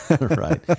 right